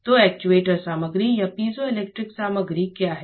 तो एक्ट्यूएटर सामग्री या पीजोइलेक्ट्रिक सामग्री क्या हैं